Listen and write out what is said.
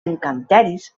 encanteris